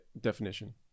Definition